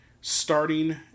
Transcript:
starting